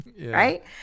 right